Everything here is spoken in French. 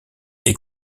est